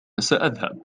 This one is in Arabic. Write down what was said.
سأذهب